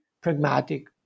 pragmatic